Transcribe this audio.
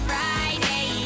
Friday